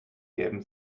gelben